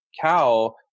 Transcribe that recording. cow